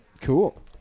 Cool